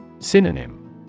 Synonym